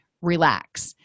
relax